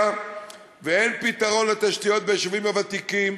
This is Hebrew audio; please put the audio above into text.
ואין פתרון לתשתיות ביישובים הוותיקים.